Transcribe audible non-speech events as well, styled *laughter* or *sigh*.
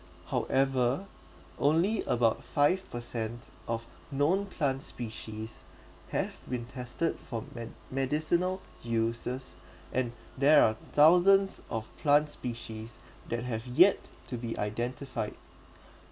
however only about five percent of known plant species have been tested for med~ medicinal uses *breath* and there are thousands of plant species that have yet to be identified